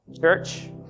Church